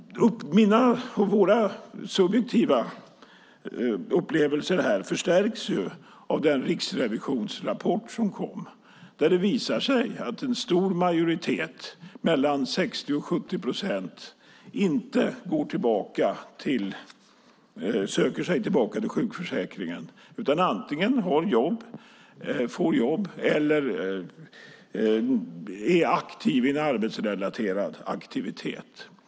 Våra subjektiva upplevelser förstärks av den rapport som kommit från Riksrevisionen. Det visar sig att en stor majoritet, 60-70 procent, inte söker sig tillbaka till sjukförsäkringen, utan antingen får man jobb eller också är man aktiv i en arbetsrelaterad aktivitet.